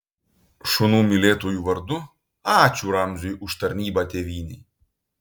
šunų mylėtojų vardu ačiū ramziui už tarnybą tėvynei